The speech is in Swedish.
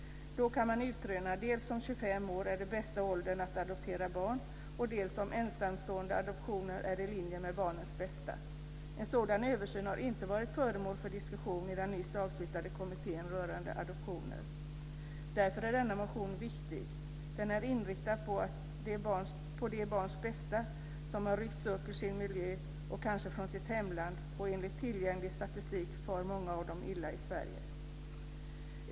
Då kan man utröna dels om 25 år är den bästa åldern för att adoptera barn, dels om ensamståendeadoptioner är i linje med barnets bästa. En sådan översyn har inte varit föremål för diskussion i den nyss avslutade kommittén rörande adoptioner. Därför är denna motion viktig. Den är inriktad på det barns bästa som har ryckts upp ur sin miljö och kanske från sitt hemland. Enligt tillgänglig statistik far många av dessa barn illa i Sverige.